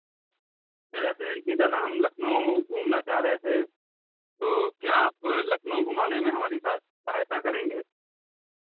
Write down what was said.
कह रहे थे कि दादा हम लखनऊ घूमना चाह रहे थे तो क्या आप लखनऊ घूमाने में हमारी सहा सहायता करेंगे